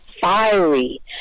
fiery